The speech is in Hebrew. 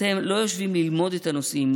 אתם לא יושבים ללמוד את הנושאים.